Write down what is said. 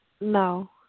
No